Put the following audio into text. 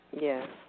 Yes